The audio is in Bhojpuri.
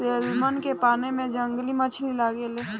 सेल्मन के पाले में जंगली मछली लागे ले